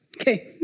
Okay